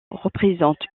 représentent